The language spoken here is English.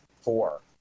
four